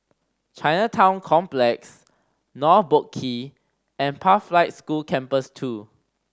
Chinatown Complex North Boat Quay and Pathlight School Campus Two